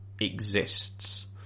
exists